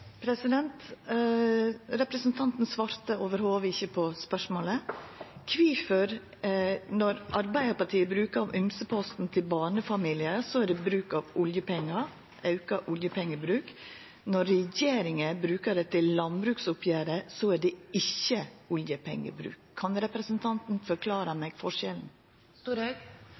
Representanten svarte i det heile ikkje på spørsmålet mitt. Når Arbeidarpartiet bruker av ymseposten til barnefamiliar, så er det bruk av oljepengar – auka oljepengebruk – men når regjeringa bruker av posten til landbruksoppgjeret, så er det ikkje oljepengebruk. Kan representanten forklara meg forskjellen?